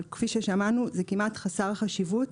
אבל כפי ששמענו זה כמעט חסר חשיבות,